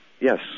Yes